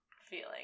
feeling